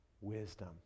wisdom